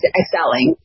excelling